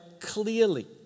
clearly